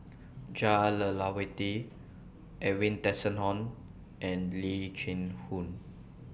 Jah Lelawati Edwin Tessensohn and Lee Chin Koon